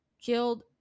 killed